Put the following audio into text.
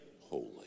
holy